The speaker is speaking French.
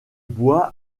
bois